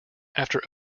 after